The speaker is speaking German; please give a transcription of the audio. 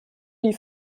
die